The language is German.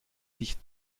dicht